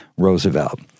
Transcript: roosevelt